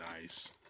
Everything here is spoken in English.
Nice